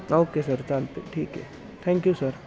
okay sir चालतं आहे ठीक आहे थँक्यू सर